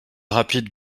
rapid